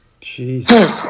Jesus